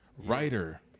writer